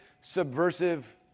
subversive